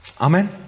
Amen